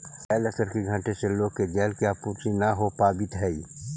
जलस्तर के घटे से लोग के जल के आपूर्ति न हो पावित हई